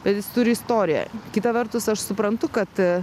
bet jis turi istoriją kita vertus aš suprantu kad